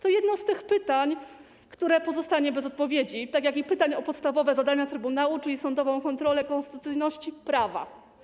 To jedno z tych pytań, które pozostanie bez odpowiedzi, pytań o podstawowe zadania trybunału, czyli sądową kontrolę konstytucyjności prawa.